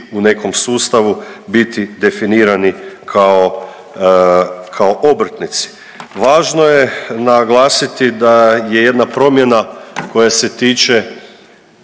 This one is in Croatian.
u nekom sustavu biti definirani kao obrtnici. Važno je naglasiti da je jedna promjena koja se tiče